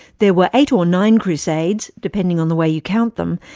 there were eight or nine crusades, depending on the way you count them,